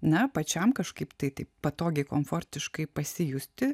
na pačiam kažkaip tai taip patogiai komfortiškai pasijusti